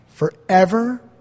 Forever